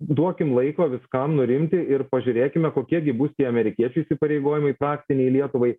duokim laiko viskam nurimti ir pažiūrėkime kokie gi bus tie amerikiečių įpareigojimai paktiniai lietuvai